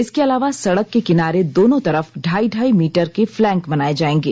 इसके अलावा सड़क के किनारे दोनों तरफ ढ़ाई ढ़ाई मीटर के फ्लैंक बनाये जायेंगे